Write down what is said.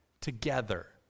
together